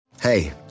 Hey